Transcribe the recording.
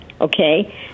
okay